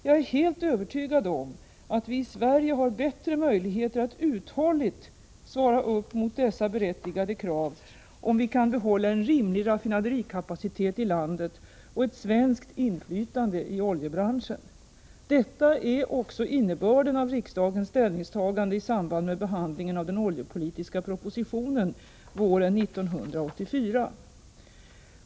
Jag är helt övertygad om att vi i Sverige har bättre möjligheter att uthålligt svara upp mot dessa berättigade krav om vi kan behålla en rimlig raffinaderikapacitet i landet och ett svenskt inflytande i oljebranschen. Detta är också innebörden av riksdagens ställningstagande i samband med behandlingen av den oljepolitiska propositionen våren 1984.